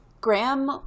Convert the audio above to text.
Graham